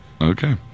Okay